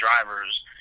drivers